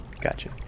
Gotcha